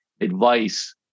advice